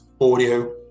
audio